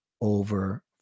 over